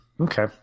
Okay